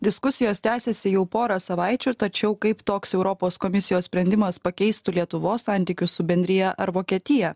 diskusijos tęsiasi jau porą savaičių tačiau kaip toks europos komisijos sprendimas pakeistų lietuvos santykius su bendrija ar vokietija